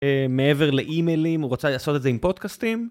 מעבר לאימיילים, הוא רוצה לעשות את זה עם פודקאסטים.